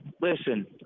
listen